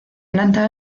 planta